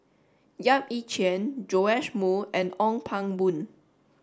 Yap Ee Chian Joash Moo and Ong Pang Boon